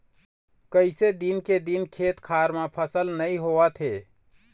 कइसे दिन के दिन खेत खार म फसल नइ होवत हे